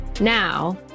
Now